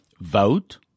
vote